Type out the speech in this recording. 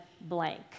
blank